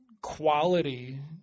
quality